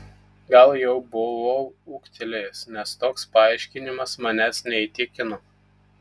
gal jau buvau ūgtelėjęs nes toks paaiškinimas manęs neįtikino